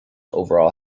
overall